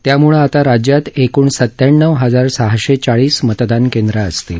यामुळे आता राज्यात एकूण सत्त्याण्णव हजार सहाशे चाळीस मतदान केंद्र असतील